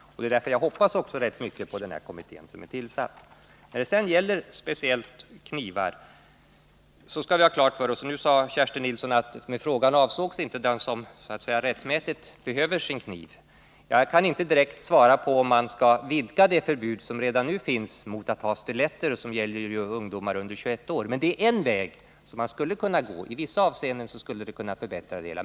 Det är också därför jag hoppas rätt mycket av den kommitté som är tillsatt. Kerstin Nilsson sade att hon med sin fråga inte avsåg dem som rättmätigt behöver sin kniv. Jag kan inte direkt svara på om man skall vidga det förbud som redan nu finns mot att inneha stiletter och som gäller ungdomar under 21 år. Det är en väg som man skulle kunna gå. I vissa avseenden skulle det kunna förbättra läget.